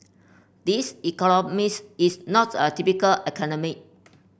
this economist is not a typical academic